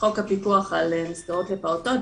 חוק הפיקוח על מסגרות לפעוטות,